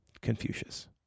Confucius